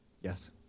Yes